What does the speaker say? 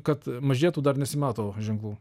kad mažėtų dar nesimato ženklų